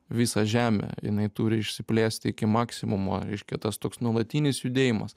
visą žemę jinai turi išsiplėsti iki maksimumo reiškia tas toks nuolatinis judėjimas